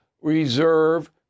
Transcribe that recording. reserve